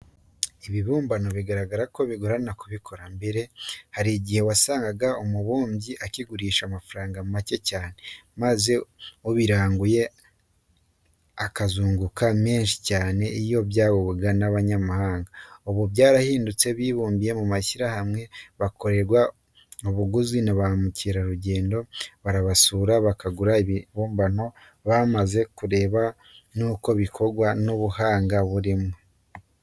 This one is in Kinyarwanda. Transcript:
Ibibumbano bigaragara ko bigorana kubikora, mbere hari igihe wasangaga umubumbyi akigurisha ku mafaranga make cyane, maze ubiranguye akazunguka menshi cyane iyo byagurwaga n'abanyamahanga, ubu byarahindutse bibumbiye mu mashyirahamwe, bakorerwa ubugizi na ba mukerarugendo barabasura, bakagura ibibumbano bamaze kureba n'uko bikorwa n'ubuhanga burimo.